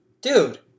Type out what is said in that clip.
Dude